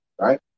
Right